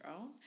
own